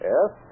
Yes